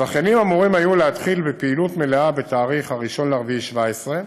הזכיינים היו אמורים להתחיל בפעילות מלאה בתאריך 1 באפריל 2017,